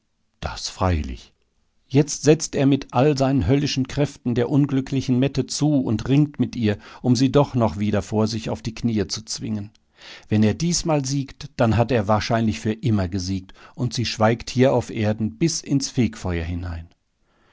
das freilich jetzt setzt er mit all seinen höllischen kräften der unglücklichen mette zu und ringt mit ihr um sie doch noch wieder vor sich auf die knie zu zwingen wenn er diesmal siegt dann hat er wahrscheinlich für immer gesiegt und sie schweigt hier auf erden bis ins fegfeuer hinein